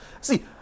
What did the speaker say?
See